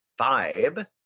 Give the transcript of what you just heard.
vibe